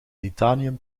titanium